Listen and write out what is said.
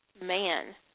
man